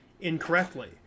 incorrectly